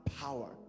power